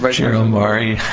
but chair omari,